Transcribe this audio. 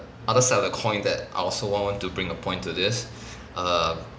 other side of the coin that I also want to bring a point to this err